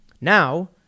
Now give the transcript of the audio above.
Now